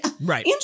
Right